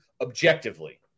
objectively